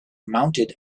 mounted